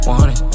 100